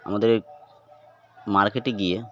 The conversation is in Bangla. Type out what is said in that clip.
আমাদের এই মার্কেটে গিয়ে